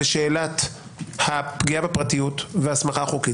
שאלת הפגיעה בפרטיות וההסמכה החוקית.